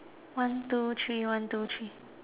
one two three one two three